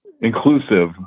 inclusive